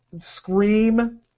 scream